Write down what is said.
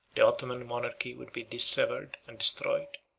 the ottoman monarchy would be dissevered and destroyed.